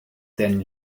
then